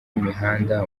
imihanda